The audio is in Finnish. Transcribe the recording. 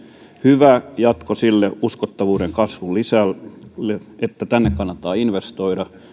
hyvä jatko sille uskottavuuden kasvulle että tänne kannattaa investoida